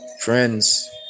friends